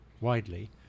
widely